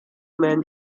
main